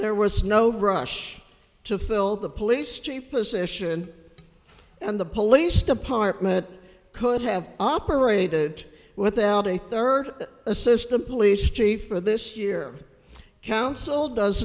there was no rush to fill the police chief position and the police department could have operated without a third assist the police chief for this year council does